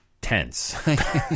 tense